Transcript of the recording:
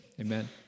amen